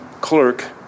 clerk